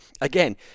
Again